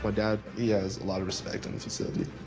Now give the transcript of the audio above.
but dad, he has a lot of respect in the facility.